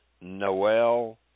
Noel